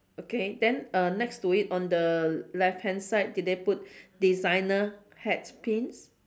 okay then uh next to it on the left hand side did they put designer hat pins